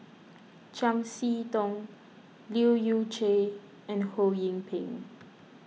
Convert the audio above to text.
Chiam See Tong Leu Yew Chye and Ho Yee Ping